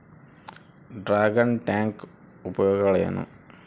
Dragon tank ಉಪಯೋಗಗಳೇನು?